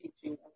teaching